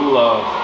love